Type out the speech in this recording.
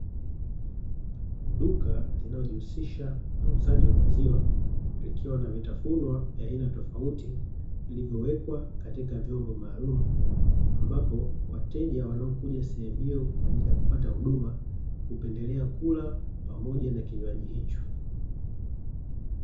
Duka linalojihusisha na uuzaji wa maziwa likiwa na vitafunwa vya aina tofauti, vilivyowekwa katika vyombo maalumu, ambapo wateja wanaokuja sehemu hiyo kwa ajili ya kupata huduma hupendelea kula pamoja na kinywaji hicho.